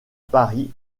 paris